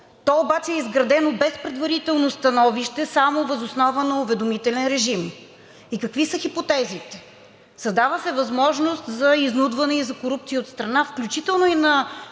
то обаче е изградено без предварително становище само въз основа на уведомителен режим. И какви са хипотезите? Създава се възможност за изнудване и за корупция от страна, включително и на